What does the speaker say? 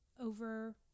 over